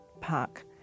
park